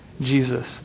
Jesus